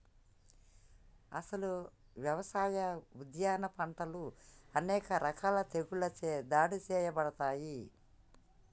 అసలు యవసాయ, ఉద్యాన పంటలు అనేక రకాల తెగుళ్ళచే దాడి సేయబడతాయి